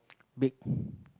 big